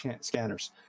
scanners